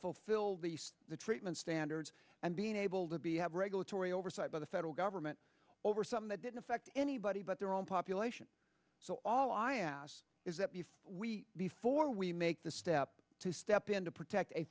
fulfill these the treatment standards and being able to be have regulatory oversight by the federal government over something that didn't affect anybody but their own population so all i ask is that we before we make the step to step in to protect a